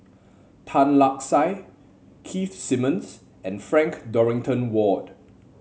Tan Lark Sye Keith Simmons and Frank Dorrington Ward